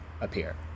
appear